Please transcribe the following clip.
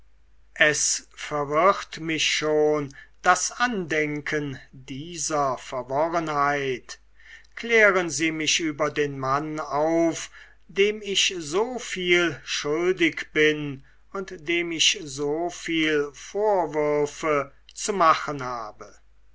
es verwirrt mich schon das andenken dieser verworrenheit klären sie mich über den mann auf dem ich so viel schuldig bin und dem ich so viel vorwürfe zu machen habe